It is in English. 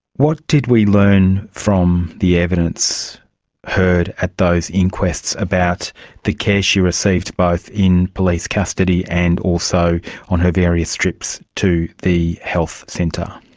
what did we learn from the evidence heard at those inquests about the care she received, both in police custody and also on her various trips to the health centre?